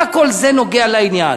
מה כל זה נוגע לעניין?